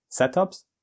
setups